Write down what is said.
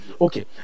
Okay